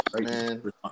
Man